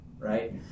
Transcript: Right